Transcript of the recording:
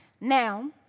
Now